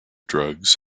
drugs